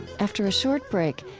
after a short break,